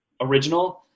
original –